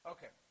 Okay